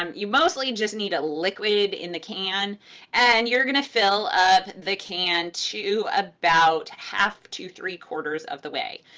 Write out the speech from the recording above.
um you mostly just need a liquid in the can and you're gonna fill up the can to about half to three quarters of the way.